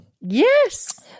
yes